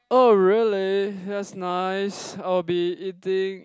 oh really that's nice I will be eating